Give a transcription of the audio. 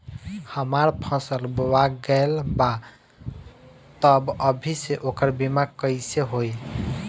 हमार फसल बोवा गएल बा तब अभी से ओकर बीमा कइसे होई?